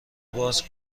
باز